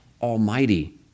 Almighty